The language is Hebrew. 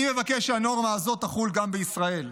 אני מבקש שהנורמה הזאת תחול גם בישראל.